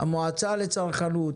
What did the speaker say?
המועצה לצרכנות,